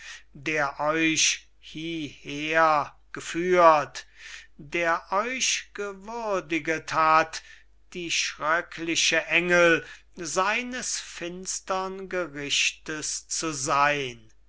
der euch hieher geführt der euch gewürdiget hat die schröcklichen engel seines finstern gerichts zu seyn